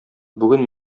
бүген